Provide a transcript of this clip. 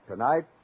Tonight